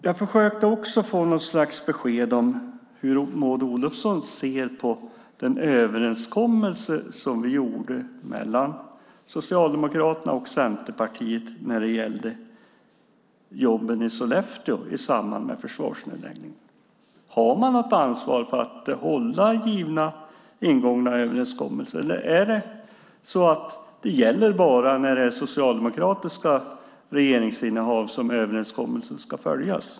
Jag försökte också få något slags besked om hur Maud Olofsson ser på den överenskommelse som vi ingick mellan Socialdemokraterna och Centerpartiet när det gällde jobben i Sollefteå i samband med försvarsnedläggningen. Har man något ansvar för att hålla ingångna överenskommelser? Eller är det bara när det är socialdemokratiskt regeringsinnehav som överenskommelsen ska följas?